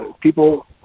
people